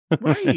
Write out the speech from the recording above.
right